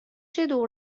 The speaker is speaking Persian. دور